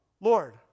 Lord